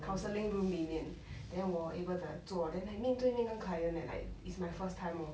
counselling room 里面 then 我 able to 坐 like 面对面跟 client leh like it's my first time lor